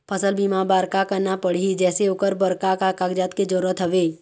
फसल बीमा बार का करना पड़ही जैसे ओकर बर का का कागजात के जरूरत हवे?